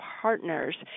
partners